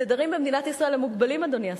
התדרים במדינת ישראל הם מוגבלים, אדוני השר,